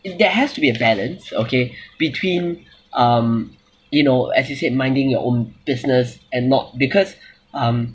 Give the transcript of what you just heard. there has to be a balance okay between um you know as you said minding your own business and not because um